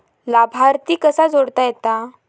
लाभार्थी कसा जोडता येता?